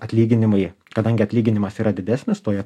atlyginimai kadangi atlyginimas yra didesnis toje